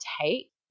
take